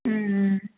ம் ம்